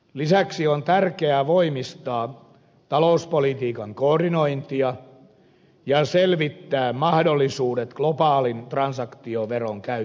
lisäksi on tärkeää voimistaa talouspolitiikan koordinointia ja selvittää mahdollisuudet globaalin transaktioveron käyttöönotolle